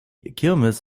kirmes